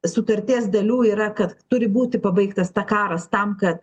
sutarties dalių yra kad turi būti pabaigtas karas tam kad